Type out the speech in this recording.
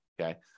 Okay